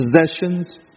possessions